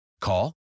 Call